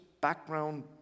background